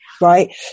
right